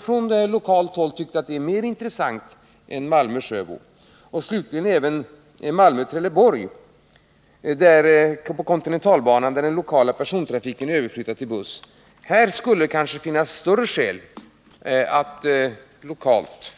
Från lokalt håll tycker man att den sträckan är mer intressant att diskutera än sträckan Malmö-Sjöbo. Slutligen har vi kontinentalbanan Malmö-Trelleborg, där den lokala persontrafiken är överflyttad till buss. Det finns kanske större skäl för lokalt